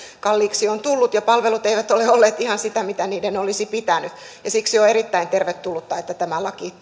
kalliiksi on tullut ja palvelut eivät ole olleet ihan sitä mitä niiden olisi pitänyt siksi on erittäin tervetullutta että tämä laki